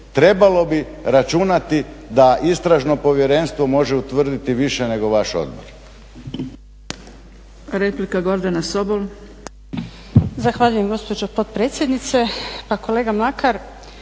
trebalo bi računati da istražno povjerenstvo može utvrditi više nego vaš odbor.